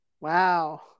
Wow